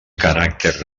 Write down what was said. caràcter